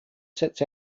sets